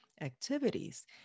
activities